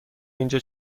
اینجا